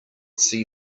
see